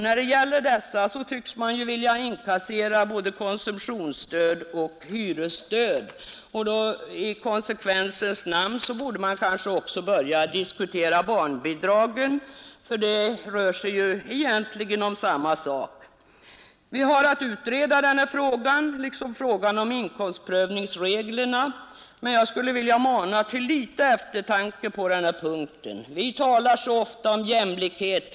När det gäller dessa tycks man vilja inkassera både konsumtionsstöd och hyresstöd. I konsekvensens namn kanske man också borde börja diskutera barnbidragen, för det rör sig egentligen om samma sak, nämligen ett konsumtionsstöd. Vi har att utreda denna fråga liksom frågan om inkomstprövningsreglerna, men jag skulle vilja mana till litet eftertanke på denna punkt. Vi talar så ofta om jämlikhet.